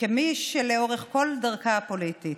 כמי שלאורך כל דרכה הפוליטית,